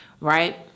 Right